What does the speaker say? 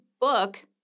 book